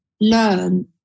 learn